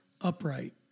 upright